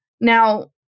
Now